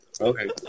Okay